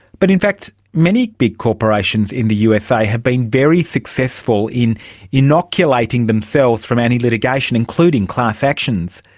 but in fact many big corporations in the usa have been very successful in inoculating themselves from any litigation, including class actions.